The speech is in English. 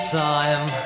time